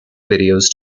videos